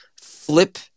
flip